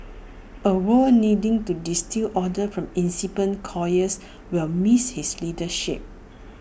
A world needing to distil order from incipient chaos will miss his leadership